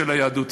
של היהדות.